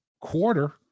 quarter